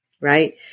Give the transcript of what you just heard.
Right